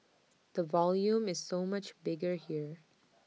the volume is so much bigger here